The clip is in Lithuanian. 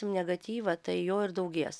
negatyvą tai jo ir daugės